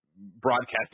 broadcasting